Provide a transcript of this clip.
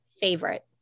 favorite